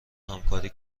همکاری